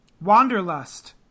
wanderlust